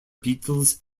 beetles